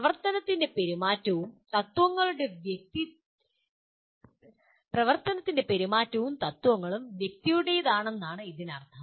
പ്രവർത്തനത്തിന്റെ പെരുമാറ്റവും തത്ത്വങ്ങളും വ്യക്തിയുടെതാണെന്നാണ് ഇതിനർത്ഥം